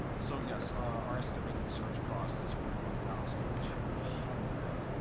so yes, our estimated search cost is forty one thousand two hundred.